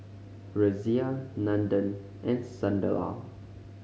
Razia Nandan and Sunderlal